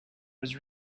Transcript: was